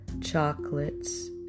chocolates